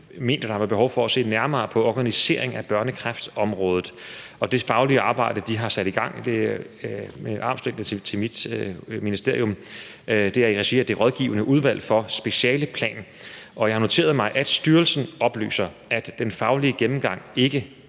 der har været behov for at se nærmere på en organisering af børnekræftområdet, og det faglige arbejde, de har sat i gang, med en armslængde til mit ministerium, er i regi af det rådgivende udvalg for specialeplanlægning. Jeg har noteret mig, at styrelsen oplyser, at den faglige gennemgang ikke